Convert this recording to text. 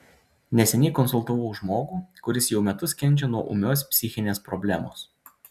neseniai konsultavau žmogų kuris jau metus kenčia nuo ūmios psichinės problemos